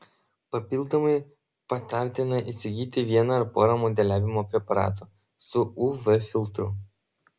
papildomai patartina įsigyti vieną ar porą modeliavimo preparatų su uv filtru